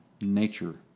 nature